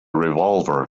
revolver